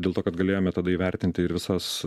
dėl to kad galėjome tada įvertinti ir visas